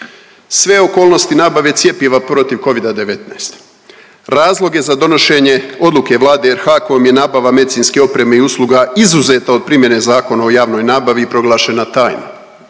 sve okolnosti nabave cjepiva protiv Covida 19, razloge za donošenje odluke Vlade RH kojom je nabave medicinske opreme i usluga izuzeta od primjene Zakona o javnoj nabavi i proglašena tajnom.